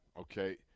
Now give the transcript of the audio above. okay